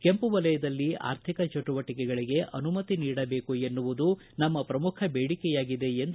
ಕೆಂಪು ವಲಯದಲ್ಲಿ ಆರ್ಥಿಕ ಚಟುವಟಿಕೆಗಳಿಗೆ ಅನುಮತಿ ನೀಡಬೇಕು ಎನ್ನುವುದು ನಮ್ಮ ಪ್ರಮುಖ ಬೇಡಿಕೆಯಾಗಿದೆ ಎಂದು ಅವರು ತಿಳಿಸಿದ್ದಾರೆ